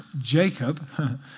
Jacob